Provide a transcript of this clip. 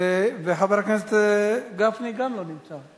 וחבר הכנסת גפני גם הוא לא נמצא.